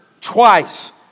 twice